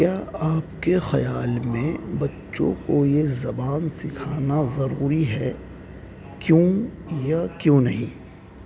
کیا آپ کے خیال میں بچوں کو یہ زبان سکھانا ضروری ہے کیوں یا کیوں نہیں